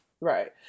right